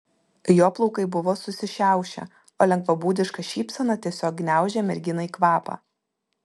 jo plaukai buvo susišiaušę o lengvabūdiška šypsena tiesiog gniaužė merginai kvapą